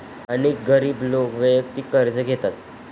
अनेक गरीब लोक वैयक्तिक कर्ज घेतात